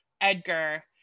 Edgar